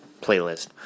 playlist